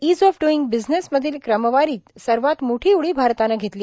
is of doing बिझीनेसमधील क्रमवारीत सर्वात मोठी उडी भारतानं घेतली